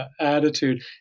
attitude